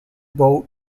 boat